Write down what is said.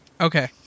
Okay